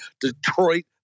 Detroit